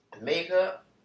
makeup